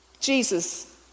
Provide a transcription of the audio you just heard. Jesus